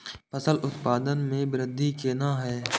फसल उत्पादन में वृद्धि केना हैं?